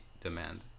demand